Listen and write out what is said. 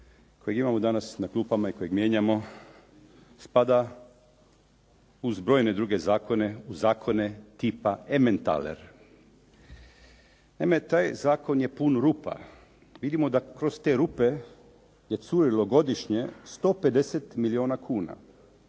koji imamo danas na klupama i kojeg mijenjamo spada uz brojne druge zakone u zakone tipa ementaler. Naime, taj zakon je pun rupa. Vidimo da kroz te rupe je curilo godišnje 150 milijuna kuna